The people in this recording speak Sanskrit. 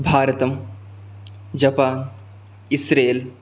भारतं जपान् इस्रेल्